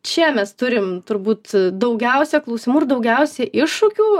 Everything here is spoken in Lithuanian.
čia mes turim turbūt daugiausia klausimų ir daugiausiai iššūkių